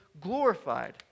glorified